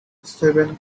seven